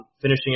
finishing